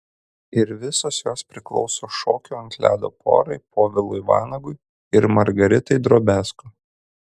ir visos jos priklauso šokių ant ledo porai povilui vanagui ir margaritai drobiazko